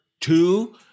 two